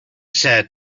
said